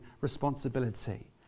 responsibility